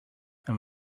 and